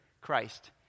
Christ